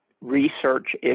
research